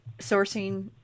sourcing